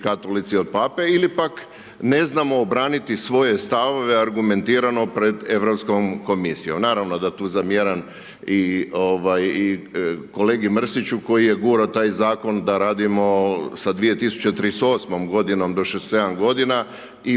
katolici od Pape ili pak, ne znamo obraniti svoje stavove argumentirano pred Europskom komisijom. Naravno da tu zamjeram i kolegi Mrsiću koji je gurao taj Zakon da radimo sa 2038.-om godinom do 67 godina i